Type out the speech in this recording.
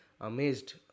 amazed